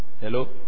Hello